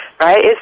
right